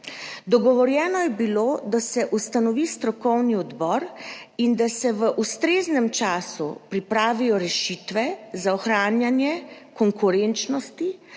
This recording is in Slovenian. dogovorjeno je bilo, da se ustanovi strokovni odbor in da se v ustreznem času pripravijo rešitve za ohranjanje konkurenčnosti